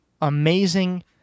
amazing